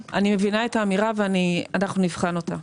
אני מבינה את האמירה ואנחנו נבחן אותה.